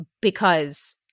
because-